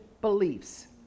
Beliefs